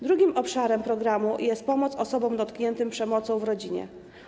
Drugim obszarem programu jest pomoc osobom dotkniętym przemocą w rodzinie.